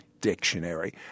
dictionary